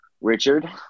Richard